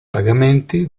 pagamenti